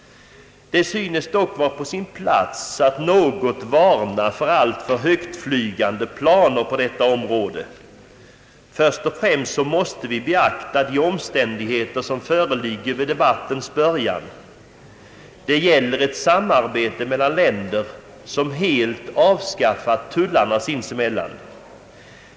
Det synes dock vara på sin plats att något varna för alltför högtflygande planer på detta område. Först och främst måste vi beakta de omständigheter som föreligger vid debattens början. Det gäller ett samarbete mellan länder som helt avskaffat tullarna sinsemellan.